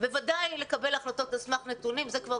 בוודאי לקבל החלטות על סמך נתונים את זה כבר